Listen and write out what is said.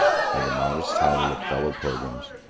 by the modest title of fellow-pilgrims,